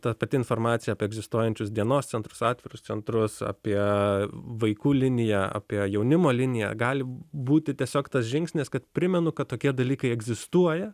ta pati informacija apie egzistuojančius dienos centrus atvirus centrus apie vaikų liniją apie jaunimo liniją gali būti tiesiog tas žingsnis kad primenu kad tokie dalykai egzistuoja